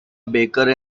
baker